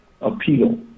appeal